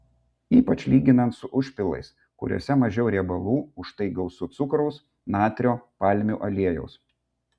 ypač lyginant su užpilais kuriuose mažiau riebalų užtai gausu cukraus natrio palmių aliejaus